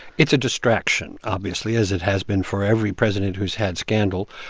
it's a distraction, obviously, as it has been for every president who's had scandal.